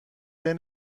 ذهن